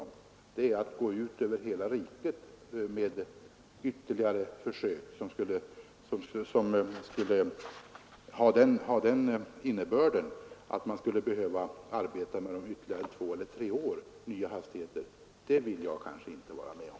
Men att gå ut över hela riket med ytterligare försök av den innebörden att man skulle behöva arbeta med dem ytterligare två eller tre år, det är något som jag inte vill vara med om.